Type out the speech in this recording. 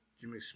Jimmy